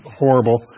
horrible